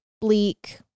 bleak